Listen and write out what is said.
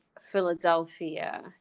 Philadelphia